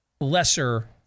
lesser